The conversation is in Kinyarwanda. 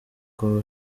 kuba